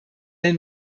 den